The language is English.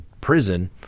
prison